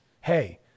Hey